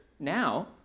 Now